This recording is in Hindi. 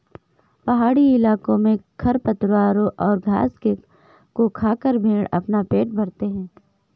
पहाड़ी इलाकों में खरपतवारों और घास को खाकर भेंड़ अपना पेट भरते हैं